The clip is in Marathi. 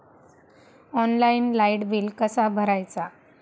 ऑनलाइन लाईट बिल कसा भरायचा?